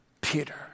Peter